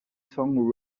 song